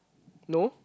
no